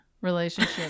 relationship